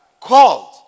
called